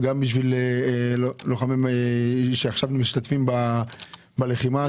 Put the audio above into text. גם בשביל לוחמים שעכשיו משתתפים בלחימה?